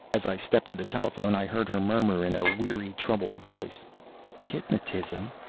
as i stepped to the telephone, i heard her murmur, in a weary, troubled voice hypnotism?